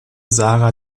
sara